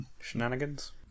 Shenanigans